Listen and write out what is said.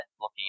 looking